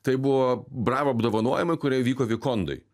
tai buvo bravo apdovanojimai kurie vyko vikondoj